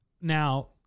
now